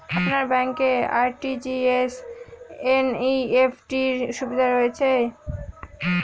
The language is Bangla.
আপনার ব্যাংকে আর.টি.জি.এস বা এন.ই.এফ.টি র সুবিধা রয়েছে?